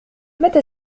متى